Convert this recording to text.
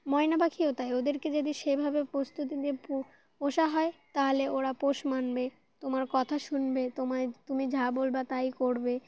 ময়না পাখিও তাই ওদেরকে যদি সেভাবে প্রস্তুতি দিয়ে প পোষা হয় তাহলে ওরা পোষ মানবে তোমার কথা শুনবে তোমায় তুমি যা বলবো তাই করবে